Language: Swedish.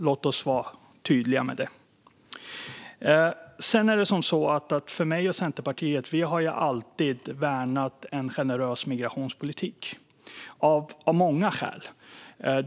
Låt oss vara tydliga med det. Vi i Centerpartiet har alltid värnat en generös migrationspolitik, av många skäl.